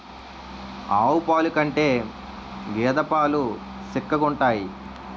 ఆవు పాలు కంటే గేద పాలు సిక్కగుంతాయి